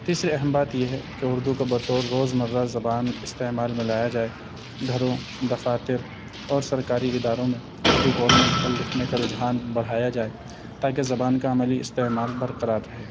تیسرے اہم بات یہ ہے کہ اردو کا بطور روز مرہ زبان استعمال میں لایا جائے گھروں دفاتر اور سرکاری اداروں میں اردو بولنے اور لکھنے کا رجحان بڑھایا جائے تاکہ زبان کا عملی استعمال برقرار رہے